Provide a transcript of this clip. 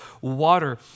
water